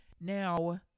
Now